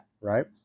Right